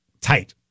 tight